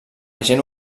agent